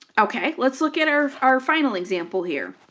okay, let's look at our our final example here.